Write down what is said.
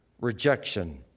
rejection